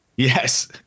Yes